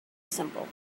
symbol